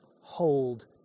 hold